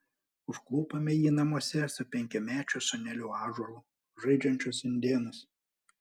užklupome jį namuose su penkiamečiu sūneliu ąžuolu žaidžiančius indėnus